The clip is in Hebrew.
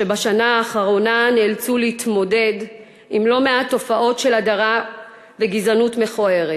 שבשנה האחרונה נאלצו להתמודד עם לא מעט תופעות של הדרה וגזענות מכוערת.